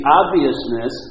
obviousness